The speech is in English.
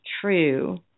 true